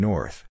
North